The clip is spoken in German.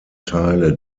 teile